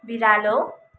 बिरालो